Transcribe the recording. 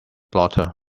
blotter